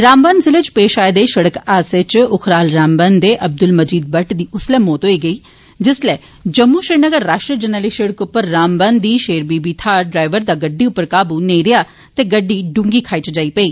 रामबन जिले च पेश आए दे सिड़क हादसे च उखराल रामबन दे अब्दुल मजीद भट्ट दी उस्सलै मौत होई गेई जिस्सलै जम्मू श्रीनगर राष्ट्रीय जरनैली सिड़क उप्पर रामबन दी शेरबीबी थाहर ड्राइवर दा गड्डी उप्पर काबू नेई रेआ ते ओ डूंगी खाई च जाई पेई